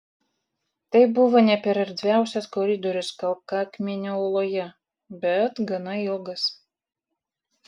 tai buvo ne per erdviausias koridorius kalkakmenio uoloje bet gana ilgas